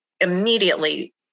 immediately